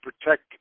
protect